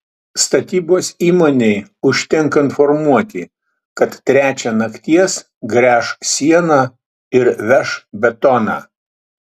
statybos įmonei užtenka informuoti kad trečią nakties gręš sieną ir veš betoną